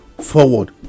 forward